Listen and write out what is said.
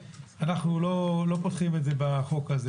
אנחנו לא פותחים את זה בחוק הזה